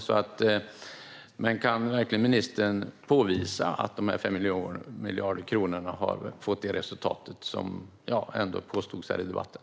Kan ministern verkligen påvisa att dessa 5 miljarder kronor har fått det resultat som påstods här i debatten?